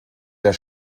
der